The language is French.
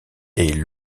est